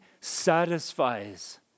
satisfies